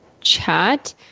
chat